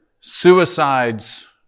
suicides